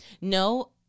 No